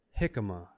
jicama